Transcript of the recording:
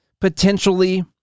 potentially